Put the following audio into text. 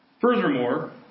Furthermore